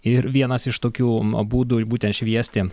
ir vienas iš tokių būdų būtent šviesti